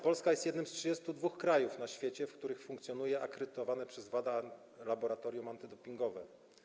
Polska jest jednym z 32 krajów na świecie, w których funkcjonuje akredytowane przez WADA laboratorium antydopingowe.